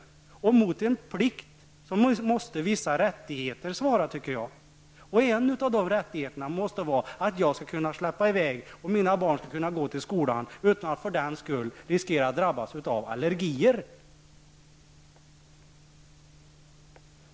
Mot en plikt måste enligt min uppfattning vissa rättigheter svara. En av de rättigheterna måste vara att jag skall kunna släppa iväg mina barn till skolan utan att de för den skull skall behöva riskera att drabbas av allergier.